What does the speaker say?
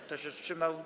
Kto się wstrzymał?